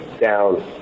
down